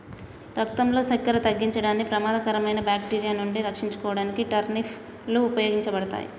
రక్తంలో సక్కెర తగ్గించడానికి, ప్రమాదకరమైన బాక్టీరియా నుండి రక్షించుకోడానికి టర్నిప్ లు ఉపయోగపడతాయి